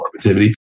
normativity